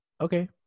okay